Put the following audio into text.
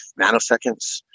nanoseconds